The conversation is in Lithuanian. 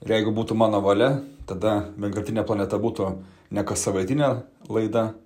ir jeigu būtų mano valia tada vienkartinė planeta būtų ne kassavaitinė laida